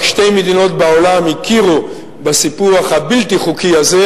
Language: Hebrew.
רק שתי מדינות בעולם הכירו בסיפוח הבלתי-חוקי הזה,